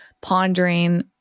pondering